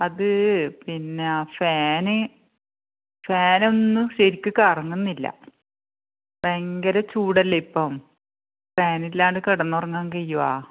അത് പിന്നെ ഫാന് ഫാനൊന്നും ശരിക്ക് കറങ്ങുന്നില്ല ഭയങ്കര ചൂടല്ലേ ഇപ്പം ഫാനില്ലാണ്ട് കിടന്നുറങ്ങാൻ കഴിയുമോ